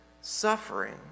suffering